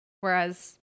Whereas